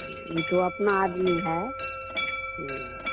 ऊ तो अपना आदमी है ओ